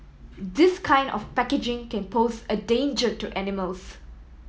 this kind of packaging can pose a danger to animals